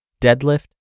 deadlift